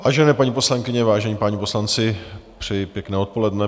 Vážené paní poslankyně, vážení páni poslanci, přeji pěkné odpoledne.